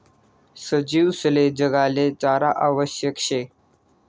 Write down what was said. सजीवसले जगाले चारा आवश्यक शे